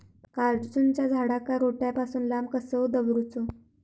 काजूच्या झाडांका रोट्या पासून लांब कसो दवरूचो?